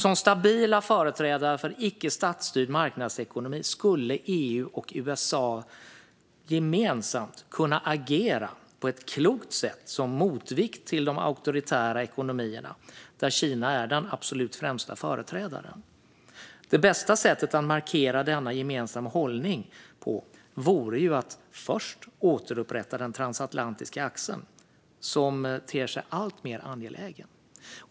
Som stabila företrädare för en icke statsstyrd marknadsekonomi skulle EU och USA gemensamt och på ett klokt sätt kunna agera som motvikt till de auktoritära ekonomierna, där Kina är den absolut främsta företrädaren. Det bästa sättet att markera denna gemensamma hållning vore att först återupprätta den transatlantiska axeln, som ter sig alltmer angelägen.